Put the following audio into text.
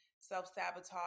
self-sabotage